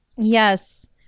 Yes